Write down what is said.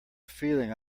feeling